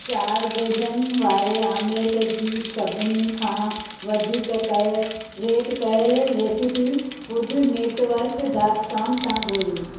चारि बेदनि वारे ऑम्लेट जी सभिनी खां वधीक कयल रेट कयल रेसेपी फूड नेटवर्क डॉटकॉम ता ॻोल्हियो